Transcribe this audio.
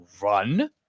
run